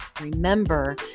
Remember